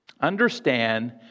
Understand